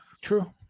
True